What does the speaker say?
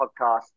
podcast